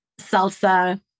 salsa